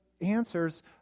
answers